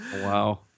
wow